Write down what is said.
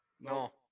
No